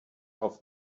auf